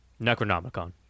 Necronomicon